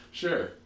sure